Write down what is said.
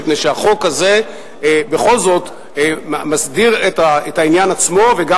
מפני שהחוק הזה בכל זאת מסדיר את העניין עצמו וגם